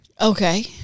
Okay